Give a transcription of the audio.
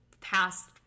past